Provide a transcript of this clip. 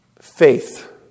faith